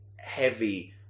heavy